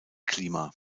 klima